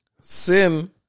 Sin